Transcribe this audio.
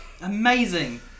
Amazing